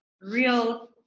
real